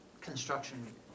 construction